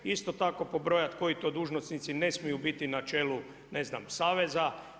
Isto tako pobrojati koji to dužnosnici ne smiju biti na čelu ne znam saveza.